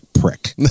prick